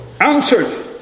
answered